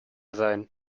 sein